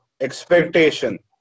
expectation